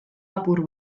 apur